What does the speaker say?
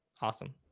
awesome.